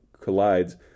collides